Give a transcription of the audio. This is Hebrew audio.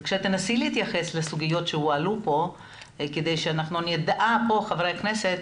תנסי בבקשה להתייחס לסוגיות שהועלו כאן כדי שאנחנו נדע חברי הכנסת